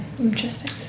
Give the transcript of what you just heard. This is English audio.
interesting